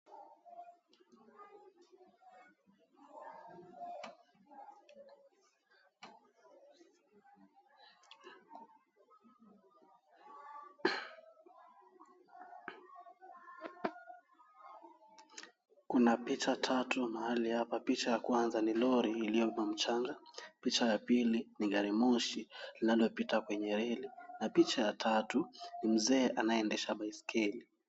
Kuna picha tatu mahali hapa. Picha ya kwanza ni lori iliyo kwa mchanga, picha ya pili ni gari moshi linalopita kwenye eneo hili na picha ya tatu ni mzee anayeendesha baiskeli.